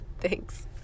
Thanks